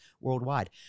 worldwide